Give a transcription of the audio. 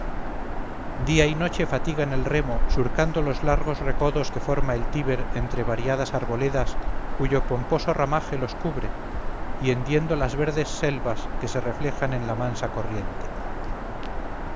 día y noche fatigan el remo surcando los largos recodos que forma el tíber entre variadas arboledas cuyo pomposo ramaje los cubre y hendiendo las verdes selvas que se reflejan en la mansa corriente